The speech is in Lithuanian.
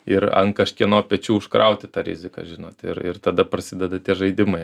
ir ant kažkieno pečių užkrauti tą riziką žinot ir ir tada prasideda tie žaidimai